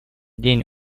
день